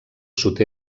sud